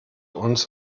uns